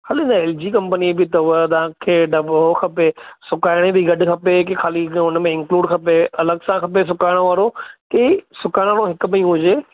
हले त L G company बि अथव तव्हांखे डबो उहो खपे सुकाइण बि गॾु खपे की खाली हिक हुन में इंक्लुड खपे अलॻि सां खपे सुकाइण वारो की सुकाइण वारो हिक में ई हुजे